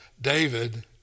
David